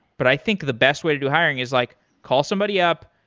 but i think the best way to do hiring is like call somebody up,